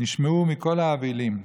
נשמעו מכל האבלים.